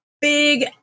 big